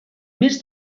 més